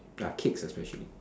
like cakes especially